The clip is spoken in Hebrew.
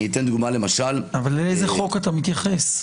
לאיזה חוק אתה מתייחס?